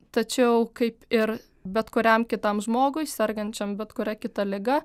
tačiau kaip ir bet kuriam kitam žmogui sergančiam bet kuria kita liga